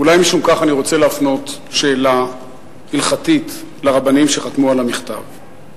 ואולי משום כך אני רוצה להפנות שאלה הלכתית לרבנים שחתמו על המכתב,